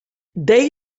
day